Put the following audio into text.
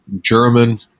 German